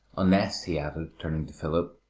unless, he added, turning to philip,